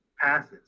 passes